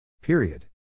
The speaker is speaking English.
Period